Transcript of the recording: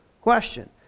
question